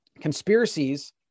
conspiracies